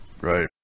Right